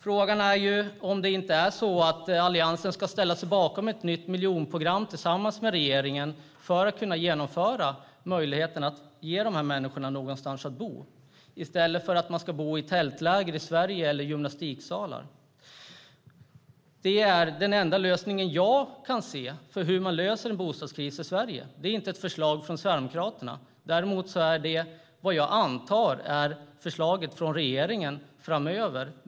Frågan är om inte Alliansen tillsammans med regeringen ska ställa sig bakom ett nytt miljonprogram för att ha möjlighet att ge de människorna någonstans att bo här i Sverige, i stället för att de ska bo i tältläger eller gymnastiksalar. Det är den enda lösningen jag kan se på en bostadskris i Sverige. Det är inte ett förslag från Sverigedemokraterna. Däremot är det vad jag antar kommer att vara regeringens förslag framöver.